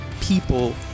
people